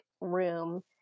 room